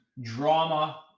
drama